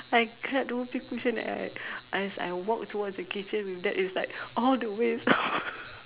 I grab the Whoopee cushion and I as I walk towards the kitchen with that it's like all the way sound